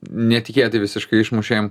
netikėtai visiškai išmušė jam